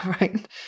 right